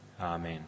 Amen